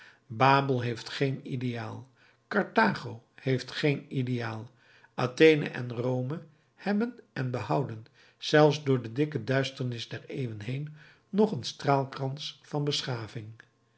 babel heeft geen ideaal karthago heeft geen ideaal athene en rome hebben en behouden zelfs door de dikke duisternis der eeuwen heen nog een straalkrans van beschaving